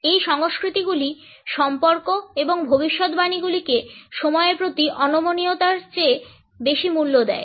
এই সংস্কৃতিগুলি সম্পর্ক এবং ভবিষ্যদ্বাণীগুলিকে সময়ের প্রতি অনমনীয়তার চেয়ে বেশি মূল্য দেয়